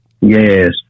Yes